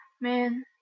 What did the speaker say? Man